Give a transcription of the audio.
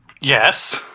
Yes